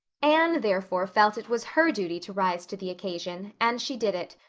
anne therefore felt it was her duty to rise to the occasion and she did it,